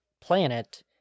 planet